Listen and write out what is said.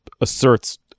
asserts